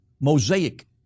Mosaic